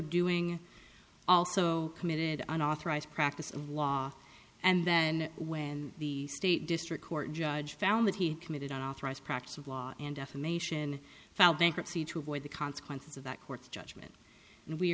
doing also committed an authorized practice of law and then when the state district court judge found that he committed an authorized practice of law and defamation filed bankruptcy to avoid the consequences of that court's judgment and we